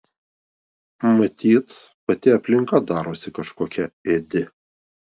matyt pati aplinka darosi kažkokia ėdi